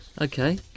okay